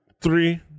three